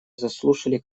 заслушали